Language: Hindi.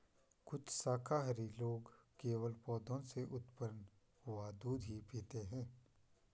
कुछ शाकाहारी लोग केवल पौधों से उत्पन्न हुआ दूध ही पीते हैं